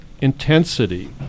intensity